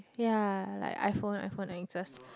ya like iPhone iPhone X